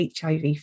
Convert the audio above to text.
HIV